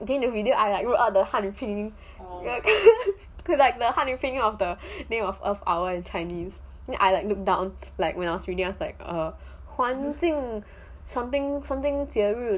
between the video I like wrote down the 汉语拼音 the 汉语拼音 of the name of earth hour in chinese then I like look down like when I was reading I was like um 环境 something something 节日